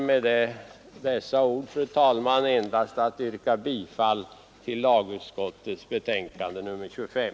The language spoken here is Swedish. Med dessa ord ber jag att få yrka bifall till hemställan i lagutskottets betänkande nr 25.